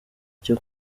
cyo